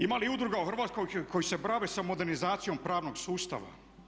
Ima li udruga u Hrvatskoj koje se bave modernizacijom pravnog sustava?